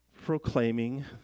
proclaiming